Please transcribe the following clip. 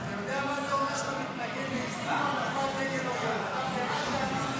אתה יודע מה זה אומר שאתה מתנגד ליישום אכיפה נגד --- זו המשמעות